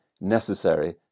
necessary